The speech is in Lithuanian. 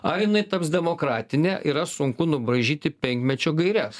ar jinai taps demokratine yra sunku nubraižyti penkmečio gaires